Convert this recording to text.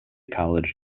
college